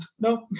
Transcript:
No